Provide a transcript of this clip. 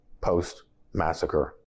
post-massacre